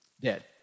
dead